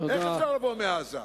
איך אפשר לבוא מעזה?